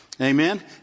Amen